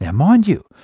yeah mind you,